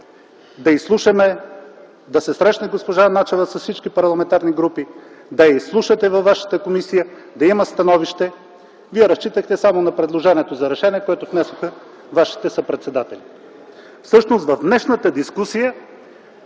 Начева да се срещне с всички парламентарни групи, да я изслушате във вашата комисия, да има становище. Вие разчитахте само на предложението за решение, което внесоха вашите съпредседатели.